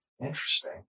Interesting